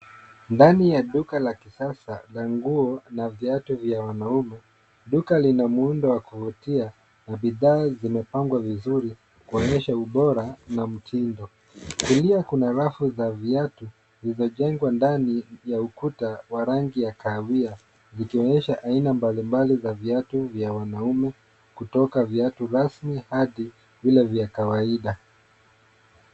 Ndani ya duka la kisasa la nguo na viatu vya wanaume, duka lina muundo wa kuvutia na bidhaa zimepangwa vizuri kuonyesha ubora na mtindo. Kulia kuna rafu za viatu, zilizojengwa ndani ya ukuta wa rangi ya kahawia zikionyesha aina mbalimbali ya viatu vya wanaume kutoka viatu rasmi hadi vile vya kawaida.